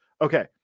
okay